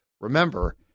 remember